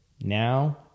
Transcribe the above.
now